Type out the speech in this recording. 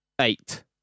eight